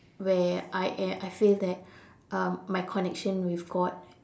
where I am I feel that um my connection with god